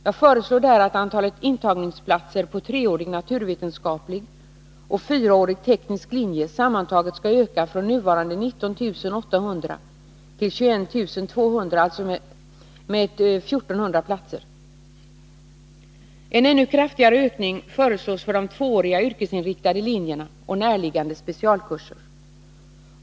Jag föreslår där att antalet intagningsplatser på treårig naturvetenskaplig och fyraårig teknisk linje sammantaget skall öka från nuvarande 19 800 till 21 200, alltså med 1 400 platser. En ännu kraftigare ökning föreslås för de tvååriga yrkesinriktade linjerna och närliggande specialkurser.